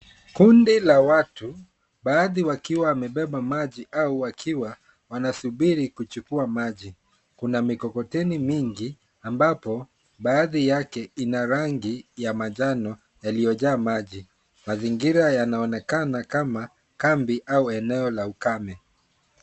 Kundi la watu baadhi wakiwa wamebeba maji au wakiwa wanasubiri kuchukua maji. Kuna mikokoteni mingi ambapo baadhi yake ina rangi ya manjano yaliyojaa maji. Mazingira yanaonekana kama kambi au eneo la ukame.